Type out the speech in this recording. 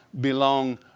belong